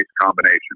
combination